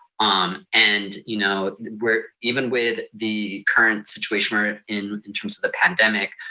um and, you know we're even with the current situation we're in, in terms of the pandemic,